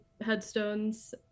headstones